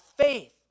faith